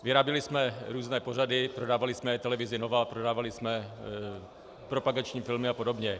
Vyráběli jsme různé pořady, prodávali jsme je televizi Nova, prodávali jsme propagační filmy a podobně.